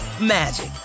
magic